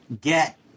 get